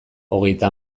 hogeita